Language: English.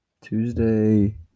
Tuesday